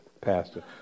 pastor